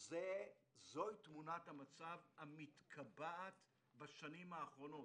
זו היא תמונת המצב המתקבעת בשנים האחרונות